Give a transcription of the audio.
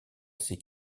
ses